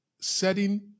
setting